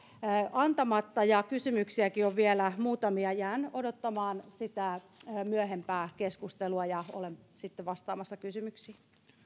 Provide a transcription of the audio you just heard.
antamatta ja kysymyksiäkin on vielä muutamia jään odottamaan sitä myöhempää keskustelua ja olen sitten vastaamassa kysymyksiin